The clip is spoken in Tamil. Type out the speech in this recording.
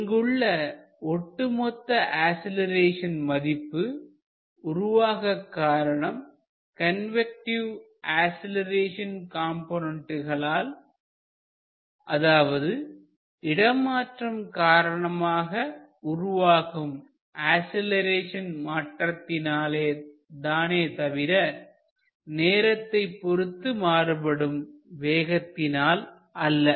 இங்கு உள்ள ஒட்டுமொத்த அசிலரேஷன் மதிப்பு உருவாக காரணம் கன்வெக்ட்டிவ் அசிலரேஷன் காம்போனன்டுகளால் அதாவது இடமாற்றம் காரணமாக உருவாகும் அசிலரேஷன் மாற்றத்தினால் தானே தவிர நேரத்தை பொறுத்து மாறுபடும் வேகத்தினால் அல்ல